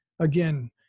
again